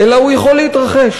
אלא הוא יכול להתרחש.